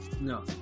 No